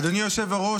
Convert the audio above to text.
אדוני היושב-ראש,